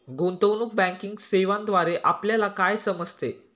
गुंतवणूक बँकिंग सेवांद्वारे आपल्याला काय समजते?